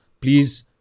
Please